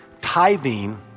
Tithing